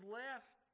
left